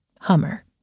Hummer